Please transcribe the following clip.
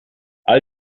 all